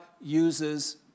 uses